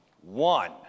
one